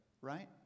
right